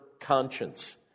conscience